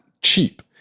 cheap